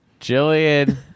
jillian